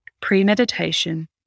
Premeditation